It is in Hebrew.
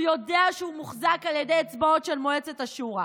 הוא יודע שהוא מוחזק על ידי אצבעות של מועצת השורא.